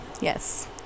Yes